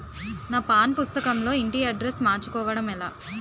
నా పాస్ పుస్తకం లో ఇంటి అడ్రెస్స్ మార్చుకోవటం ఎలా?